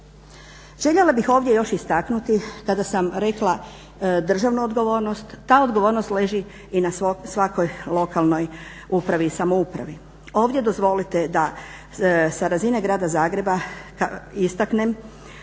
Željela bih ovdje još istaknuti kada sam rekla državnu odgovornost ta odgovornost leži i na svakoj lokalnoj upravi i samoupravi. Ovdje dozvolite da sa razine Grada Zagreba istaknem